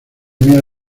mierda